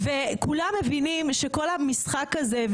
וכולם מבינים שכל המשחק הזה,